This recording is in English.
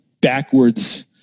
backwards